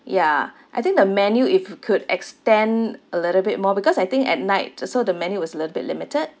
ya I think the menu if you could extend a little bit more because I think at night I saw the menu was a little bit limited